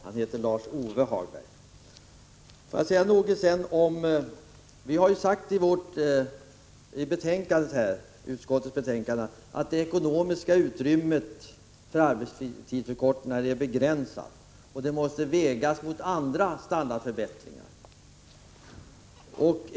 Herr talman! I betänkandet säger utskottet att det ekonomiska utrymme som finns är begränsat, och därför måste arbetstidsförkortningen vägas mot andra standardförbättringar.